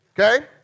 Okay